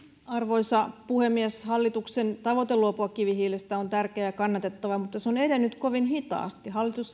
arvoisa puhemies hallituksen tavoite luopua kivihiilestä on tärkeä ja kannatettava mutta se on edennyt kovin hitaasti hallitus